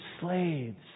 slaves